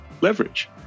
leverage